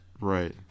Right